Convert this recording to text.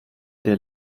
der